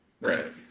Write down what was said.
Right